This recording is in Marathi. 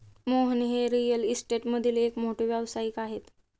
मोहन हे रिअल इस्टेटमधील एक मोठे व्यावसायिक आहेत